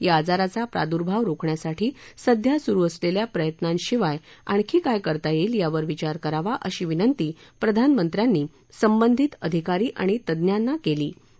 या आजाराचा प्रादुर्भाव रोखण्यासाठी सध्या सुरू असलस्त्रा प्रयत्नांशिवाय आणखी काय करता यईक यावर विचार करावा अशी विनंती प्रधानमंत्र्यांनी संबंधित अधिकारी आणि तज्ञांना कल्नी